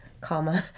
comma